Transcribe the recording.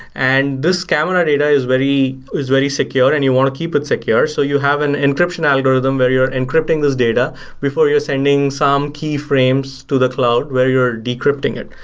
and this camera data is very is very secured and you want to keep it secure, so you have an encryption algorithm where you're encrypting this data before you're sending some key frames to the cloud where you're decrypting it.